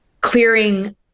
clearing